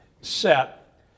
set